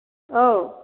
औ